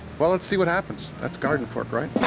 well let's see what happens, that's gardenfork, right?